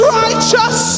righteous